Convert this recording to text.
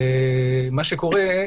מה שקורה,